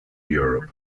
europe